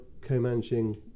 co-managing